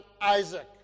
Isaac